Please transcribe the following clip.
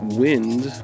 wind